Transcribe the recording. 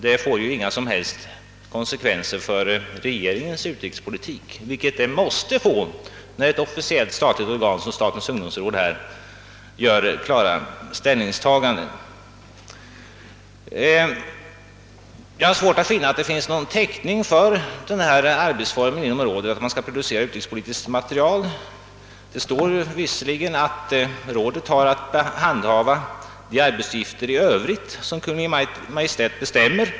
Detta får inga som helst konsekvenser för regeringens utrikespolitik, vilket måste bli fallet när ett officiellt statligt organ som statens ungdomsråd gör klara ställningstaganden. Jag har svårt att se att det finns täckning för en arbetsform inom ungdomsrådet som innebär att man producerar utrikespolitiskt material, även om det anges att rådet har att handhava de arbetsuppgifter i övrigt som Kungl. Maj:t bestämmer.